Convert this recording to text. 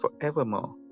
forevermore